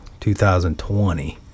2020